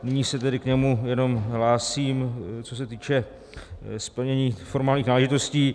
Nyní se tedy k němu jenom hlásím, co se týče splnění formálních náležitostí.